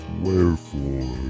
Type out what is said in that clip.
Wherefore